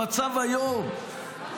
במצב היום,